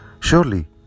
Surely